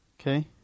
Okay